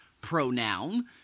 pronoun